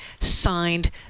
signed